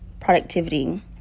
productivity